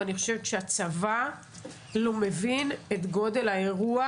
ואני חושבת שהצבא לא מבין את גודל האירוע